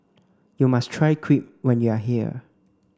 you must try Crepe when you are here